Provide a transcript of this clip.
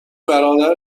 برادر